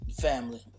family